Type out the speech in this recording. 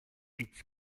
its